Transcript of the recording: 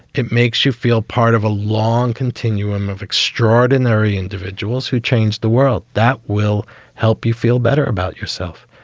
it makes you feel part of a long continuum of extraordinary individuals who changed the world that will help you feel better about yourself.